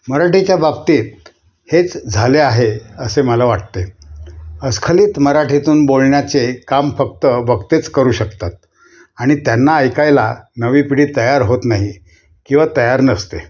मराठीच्या बाबतीत हेच झाले आहे असे मला वाटते अस्खलीत मराठीतून बोलण्याचे काम फक्त वक्तेच करू शकतात आणि त्यांना ऐकायला नवी पिढी तयार होत नाही किंवा तयार नसते